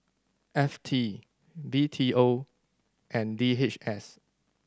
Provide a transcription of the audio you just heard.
F T B T O and D H S